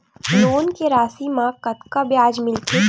Loan के राशि मा कतका ब्याज मिलथे?